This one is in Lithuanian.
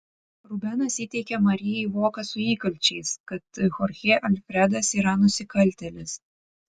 rubenas įteikia marijai voką su įkalčiais kad chorchė alfredas yra nusikaltėlis